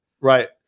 Right